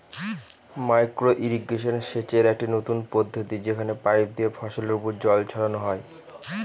micro irrigation সেচের একটি নতুন পদ্ধতি যেখানে পাইপ দিয়ে ফসলের ওপর জল ছড়ানো হয়